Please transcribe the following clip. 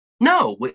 No